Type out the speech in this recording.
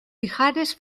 ijares